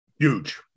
Huge